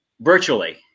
virtually